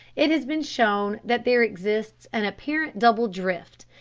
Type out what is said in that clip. it has been shown that there exists an apparent double drift,